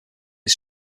his